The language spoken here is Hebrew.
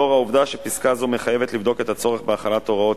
לאור העובדה שפסקה זו מחייבת לבדוק את הצורך בהחלת הוראות